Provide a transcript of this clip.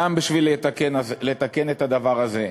גם בשביל לתקן את הדבר הזה.